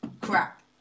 crap